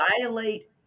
violate